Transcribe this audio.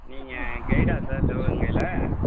நீங்கள் கைடா சார் சிவகங்கையில்